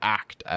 act